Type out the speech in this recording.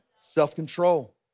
self-control